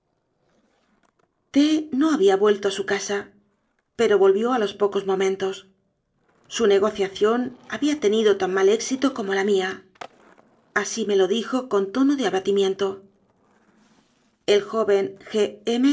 no había vuelto a su casa pero volvió a los pocos momentos su negociación había te nido tan mal éxito como la mía así me lo dijo con tono de abatimiento el joven